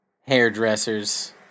hairdressers